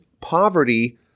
poverty